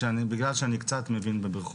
בגלל שאני קצת מבין בבריכות.